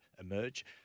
emerge